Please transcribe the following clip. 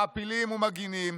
מעפילים ומגינים